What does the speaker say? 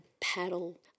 paddle